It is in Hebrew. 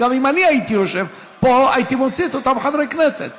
גם אם אני הייתי יושב פה הייתי מוציא את אותם חברי כנסת.